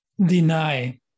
deny